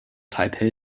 taipei